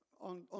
on